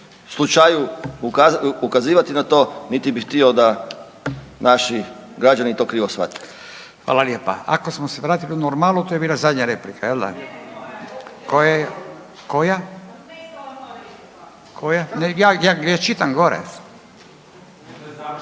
slučaju ukazivati na to niti bi htio da naši građani to krivo shvate. **Radin, Furio (Nezavisni)** Hvala lijepa. Ako smo se vratili u normalu, to je bila zadnja replika. .../Upadica se